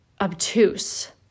obtuse